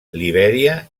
libèria